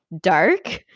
dark